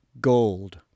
gold